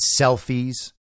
selfies